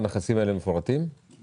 הנכסים האלה מפורטים בהחלטת הממשלה?